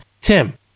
Tim